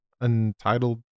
untitled